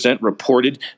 reported